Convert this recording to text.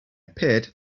appeared